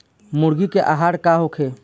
मुर्गी के आहार का होखे?